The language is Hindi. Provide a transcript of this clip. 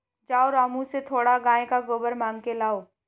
जाओ रामू से थोड़ा गाय का गोबर मांग के लाओ